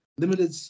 Limited